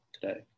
today